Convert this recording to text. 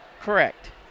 correct